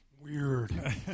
Weird